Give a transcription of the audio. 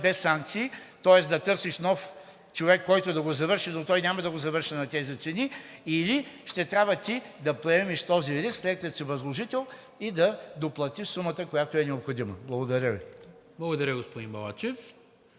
без санкции, тоест да търсиш нов човек, който да го завърши, но той няма да го завърши на тези цени, или ще трябва ти да поемеш този риск, след като си възложител, и да доплатиш сумата, която е необходима. Благодаря Ви. ПРЕДСЕДАТЕЛ НИКОЛА